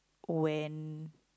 when